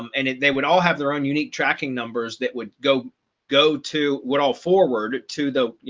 um and if they would all have their own unique tracking numbers that would go go to what i'll forward to the, you